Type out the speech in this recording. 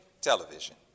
Television